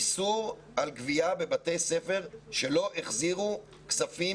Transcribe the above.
איסור על גבייה בבתי ספר שלא החזירו כספים